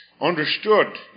understood